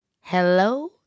Hello